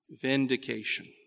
Vindication